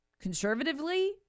conservatively